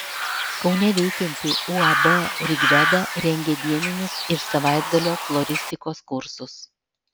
kaune veikianti uab rigveda rengia dieninius ir savaitgalio floristikos kursus